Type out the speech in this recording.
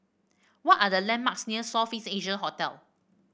what are the landmarks near South Face Asia Hotel